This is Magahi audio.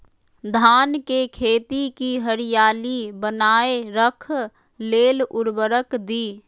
धान के खेती की हरियाली बनाय रख लेल उवर्रक दी?